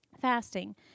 fasting